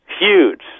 huge